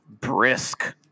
brisk